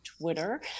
Twitter